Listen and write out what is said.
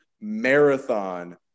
marathon